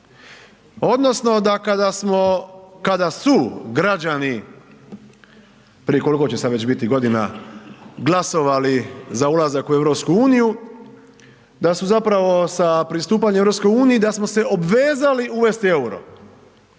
kada smo, kada su građani, prije koliko će sad već biti godina, glasovali za ulazak u EU, da su zapravo sa pristupanjem EU da smo se obvezali uvesti EUR-o